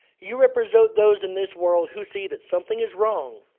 you represent those in this world who see that something is wrong,